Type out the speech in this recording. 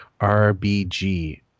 RBG